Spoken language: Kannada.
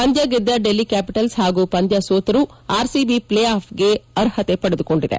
ಪಂದ್ಯ ಗೆದ್ಲ ಡೆಲ್ಲಿ ಕ್ನಾಪಿಟಲ್ಸ್ ಹಾಗೂ ಪಂದ್ಯ ಸೋತರೂ ಆರ್ಸಿಬಿ ಪ್ಲೇ ಆಫ್ಗೆ ಅರ್ಹತೆ ಪಡೆದುಕೊಂಡಿದೆ